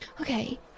okay